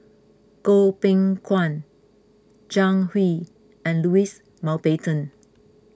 Goh Beng Kwan Zhang Hui and Louis Mountbatten